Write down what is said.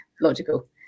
logical